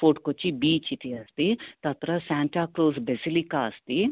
fort Kochi beach इति अस्ति तत्र सान्टा क्लास् बेसेलिका अस्ति